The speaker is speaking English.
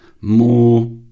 more